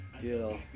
deal